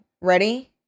Ready